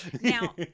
Now